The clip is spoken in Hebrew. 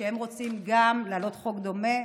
הם רוצים גם להעלות חוק דומה,